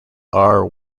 are